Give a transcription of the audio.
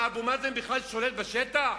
מה, אבו מאזן בכלל שולט בשטח?